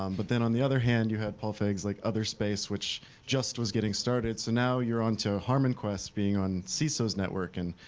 um but then, on the other hand, you had paul feig's like other space, which just was getting started. so now, you're on to harmon quest being on seeso's network. and